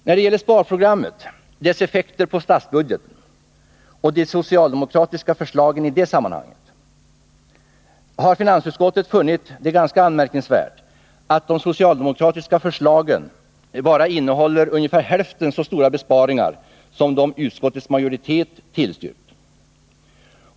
När det gäller sparprogrammet, dess effekter på statsbudgeten och de socialdemokratiska förslagen i det sammanhanget har finansutskottet funnit det anmärkningsvärt att de socialdemokratiska förslagen bara innehåller ungefär hälften så stora besparingar som de som utskottets majoritet tillstyrkt.